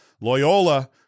Loyola